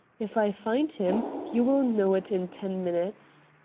if i find him you will know it in ten minutes.